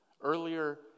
earlier